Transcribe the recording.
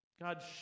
God